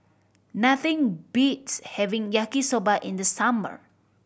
nothing beats having Yaki Soba in the summer